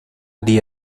día